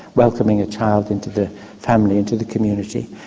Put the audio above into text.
welcoming a child into the family, into the community.